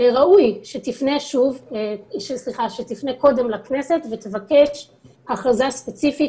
ראוי שתפנה קודם לכנסת ותבקש הכרזה ספציפית,